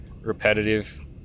repetitive